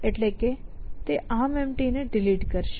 એટલે કે તે ArmEmpty ને ડીલીટ કરશે